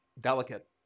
delicate